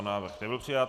Návrh nebyl přijat.